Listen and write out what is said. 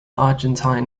argentine